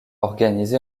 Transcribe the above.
organisé